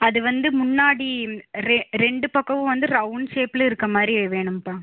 அது வந்து முன்னாடி ரெண்டு பக்கமும் வந்து ரௌண்ட் ஷேப்பில் இருக்க மாதிரி வேணும்ப்பா